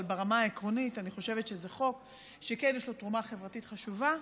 אבל ברמה העקרונית אני חושבת שזה חוק שכן יש לו תרומה חברתית חשובה.